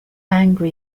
angry